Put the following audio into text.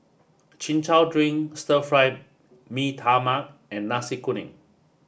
Chin Chow Drink Stir Fry Mee Tai Mak and Nasi Kuning